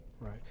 Right